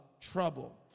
trouble